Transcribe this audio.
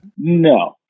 No